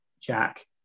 Jack